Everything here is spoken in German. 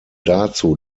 dazu